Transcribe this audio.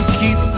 keep